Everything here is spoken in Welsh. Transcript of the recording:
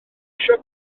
eisiau